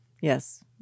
Yes